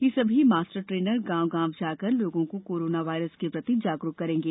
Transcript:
यह सभी master trainers गांव गांव जाकर लोगों को कोरोना वायरस के प्रति जागरूक करेंगे